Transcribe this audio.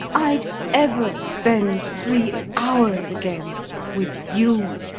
i'd ever spend three hours again with you?